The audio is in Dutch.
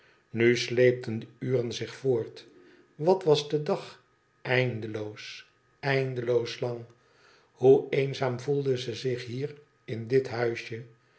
sleepten de uren zich voort wat was de dag eindeloos eindeloos lang hoe eenzaam voelde ze zich bier in dit huisje